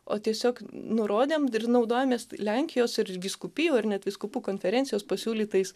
o tiesiog nurodėm ir naudojomės lenkijos ir vyskupijų ar net vyskupų konferencijos pasiūlytais